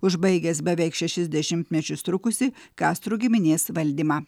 užbaigęs beveik šešis dešimtmečius trukusį kastro giminės valdymą